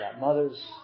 Mothers